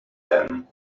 them